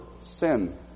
sin